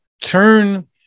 turn